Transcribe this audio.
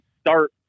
start